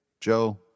Joe